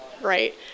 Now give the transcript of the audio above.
right